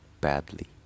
badly